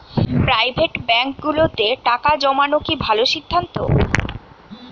Private ব্যাংকগুলোতে টাকা জমানো কি ভালো সিদ্ধান্ত?